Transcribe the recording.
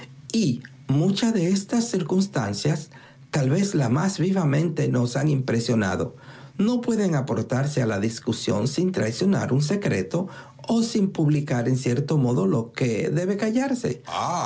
y muchas de estas circunstanciastal vez las que más vivamente nos han impresionado no pueden aportarse a la discusión sin traicionar un secreto o sin publicar en cierto modo lo que debe callarse